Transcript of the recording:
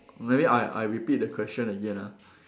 maybe I I repeat the question again ah